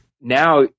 now